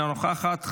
אינה נוכחת,